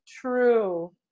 true